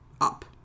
up